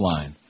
Line